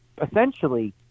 essentially